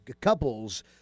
couples